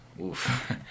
Oof